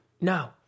No